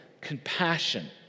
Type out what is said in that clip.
Compassion